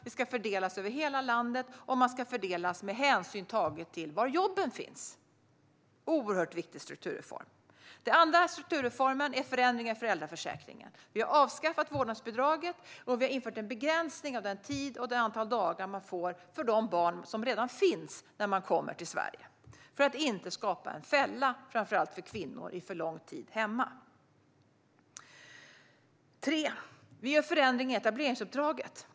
De ska fördelas över hela landet, och de ska fördelas med hänsyn tagen till var jobben finns - en oerhört viktig strukturreform. Den andra strukturreformen är förändringen av föräldraförsäkringen. Vi har avskaffat vårdnadsbidraget och infört en begränsning av den tid och det antal dagar man får för de barn som redan finns när man kommer till Sverige. Det är för att inte skapa en fälla, framför allt för kvinnor, i för lång tid hemma. Den tredje strukturreformen är en förändring av etableringsuppdraget.